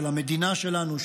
של המדינה שלנו,